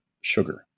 sugar